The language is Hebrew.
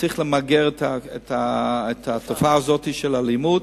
צריך למגר את התופעה הזאת של אלימות,